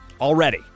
already